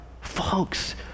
Folks